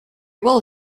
will